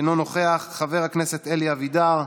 אינו נוכח, חבר הכנסת אלי אבידר,